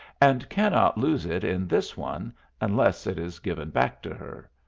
and cannot lose it in this one unless it is given back to her.